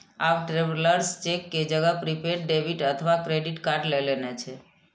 आब travellers cheque के जगह प्रीपेड डेबिट अथवा क्रेडिट कार्ड लए लेने छै